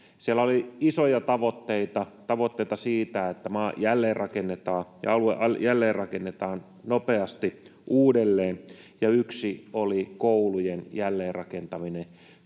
Siellä oli isoja tavoitteita siitä, että maa jälleenrakennetaan nopeasti uudelleen, ja yksi oli koulujen jälleenrakentaminen.